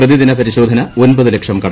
പ്രതിദിന പരിശോധന ഒൻപത് ലക്ഷം കടന്നു